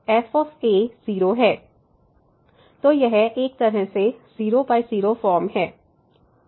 तो यह एक तरह से 00 फॉर्म है